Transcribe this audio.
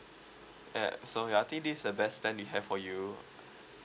uh so ya I think this is the best plan we have for you